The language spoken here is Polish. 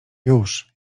już